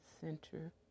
Center